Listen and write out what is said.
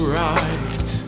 right